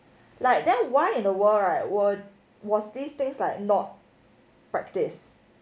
like then why in the world right was was these things like not practiced